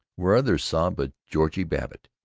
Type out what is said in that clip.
where others saw but georgie babbitt,